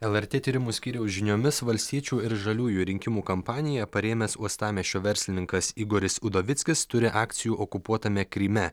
lrt tyrimų skyriaus žiniomis valstiečių ir žaliųjų rinkimų kampaniją parėmęs uostamiesčio verslininkas igoris udovickis turi akcijų okupuotame kryme